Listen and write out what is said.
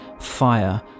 fire